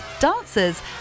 dancers